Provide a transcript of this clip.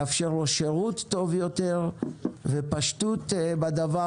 לאפשר לו שירות טוב יותר ופשטות בדבר